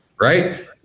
Right